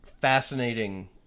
fascinating